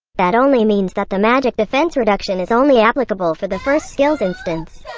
that only means that the magic defense reduction is only applicable for the first skill's instance.